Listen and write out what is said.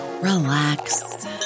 relax